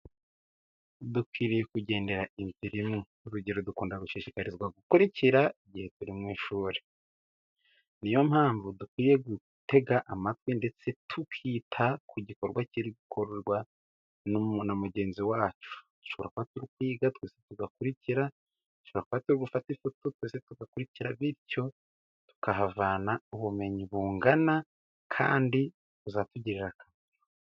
Dukwiriye kugendera inzra imwe. Urugero dukunda gushishikarizwa gukurikira igihe turi mu ishuri. Niyo mpamvu dukwiye gutega amatwi ndetse tukita ku gikorwa kiri gukorwa na mugenzi wacu. Dushobora kuba turi kwiga twese tugakurikira, dushobora kuba turi gufata ifoto twese tugakurikira, bityo tukahavana ubumenyi bungana kandi buzatugirira akamaro.